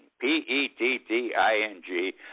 P-E-T-T-I-N-G